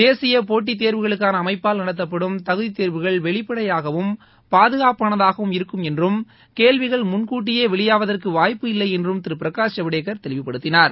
தேசிய போட்டி தேர்வுகளுக்கான அமைப்பால் நடத்தப்படும் தகுதி தேர்வுகள் வெளிப்படையாகவும் பாதுகாப்பதனதாகவும் இருக்கும் என்றும் கேள்விகள் முன்கூட்டியே வெளியாவதற்கு வாய்ப்பில்லை என்றும் திரு பிரகாஷ் ஜவடேகர் தெளிவுபடுத்தினார்